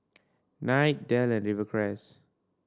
Knight Dell and Rivercrace